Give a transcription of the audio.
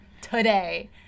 today